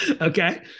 Okay